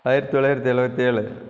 ஆயிரத்து தொள்ளாயிரத்தி எழுவத்தி ஏழு